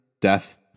death